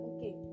Okay